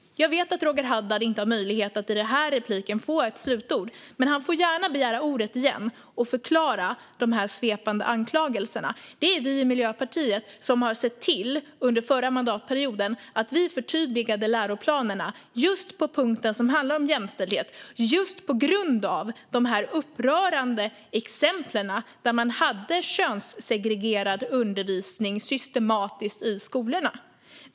Jag vet att Roger Haddad inte har möjlighet att i det här replikskiftet få ett slutord. Men han får gärna begära ordet igen och förklara de svepande anklagelserna. Det är vi i Miljöpartiet som under förra mandatperioden har sett till att förtydliga läroplanerna just på punkten som handlar om jämställdhet. Det gjorde vi just på grund av de upprörande exemplen där man hade könssegregerad undervisning systematiskt i skolorna.